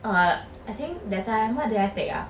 err I think that time what did I take ah